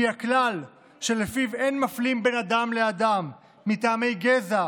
כי "הכלל שלפיו אין מפלים בין אדם לאדם מטעמי גזע,